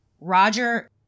Roger